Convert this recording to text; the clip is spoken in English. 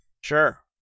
Sure